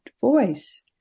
Voice